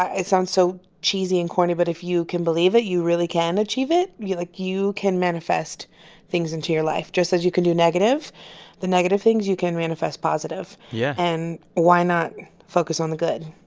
ah it sounds so cheesy and corny, but if you can believe it, you really can achieve it. you like you can manifest things into your life. just as you can do negative the negative things, you can manifest positive yeah and why not focus on the good?